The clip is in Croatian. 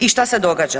I šta se događa?